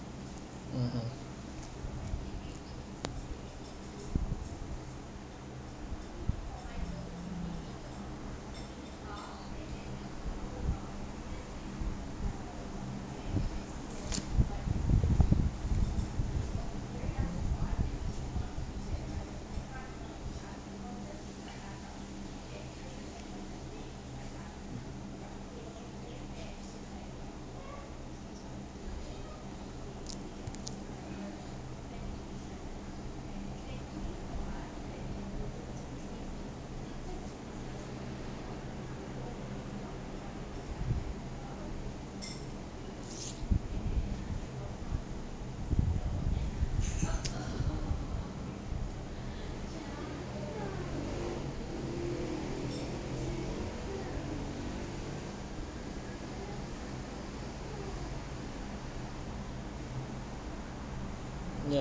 mmhmm ya